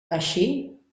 així